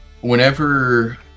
whenever